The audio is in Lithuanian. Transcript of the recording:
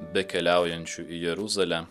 bekeliaujančiu į jeruzalę